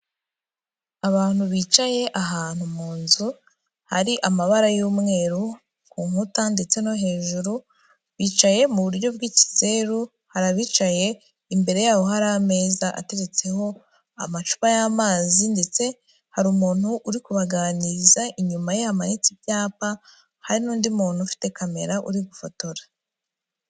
Abantu bicaye ahantu mu nzu hari amabara y'umweru ku nkuta ndetse no hejuru, bicaye mu buryo bw'ikizeru, hari abicaye imbere yaho hari ameza ateretseho amacupa y'amazi ndetse hari umuntu uri kubaganiriza inyuma yamanitse ibyapa, hari n'undi muntu ufite kamera uri gufotora.